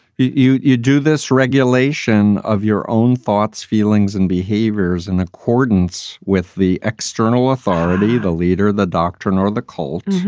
you you do this regulation of your own thoughts, feelings and behaviours in accordance with the external authority, the leader, the doctrine or the cult.